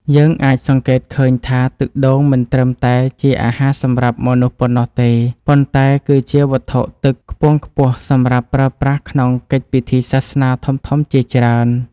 យើងអាចសង្កេតឃើញថាទឹកដូងមិនត្រឹមតែជាអាហារសម្រាប់មនុស្សប៉ុណ្ណោះទេ ប៉ុន្តែគឺជាវត្ថុទឹកខ្ពង់ខ្ពស់សម្រាប់ប្រើប្រាស់ក្នុងកិច្ចពិធីសាសនាធំៗជាច្រើន។